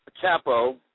capo